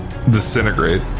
Disintegrate